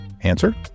Answer